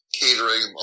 catering